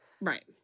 Right